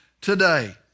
today